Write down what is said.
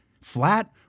flat